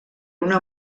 una